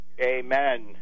Amen